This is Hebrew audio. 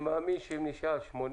אני מאמין שאם נשארו,